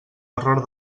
error